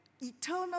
eternal